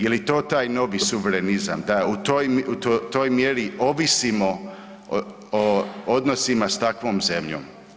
Je li to taj novi suverenizam da u toj mjeri ovisimo o odnosima s takvom zemljom?